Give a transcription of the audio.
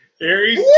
Aries